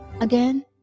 again